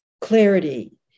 clarity